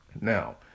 Now